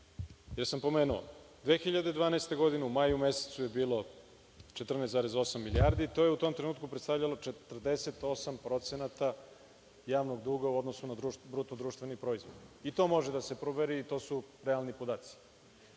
da kažem. Godine 2012. u maju mesecu je bilo 14,8 milijardi. To je u jednom trenutku predstavljalo 48% javnog duga u odnosu na bruto društveni proizvod, i to može da se proveri, i to su realni podaci.